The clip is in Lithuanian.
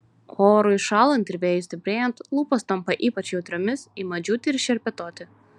orui šąlant ir vėjui stiprėjant lūpos tampa ypač jautriomis ima džiūti ir šerpetoti